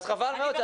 אז חבל מאוד.